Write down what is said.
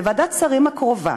בוועדת השרים הקרובה,